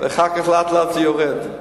ואחר כך, לאט לאט, זה יורד.